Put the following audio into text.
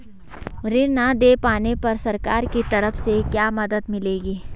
ऋण न दें पाने पर सरकार की तरफ से क्या मदद मिलेगी?